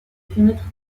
fenêtres